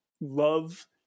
love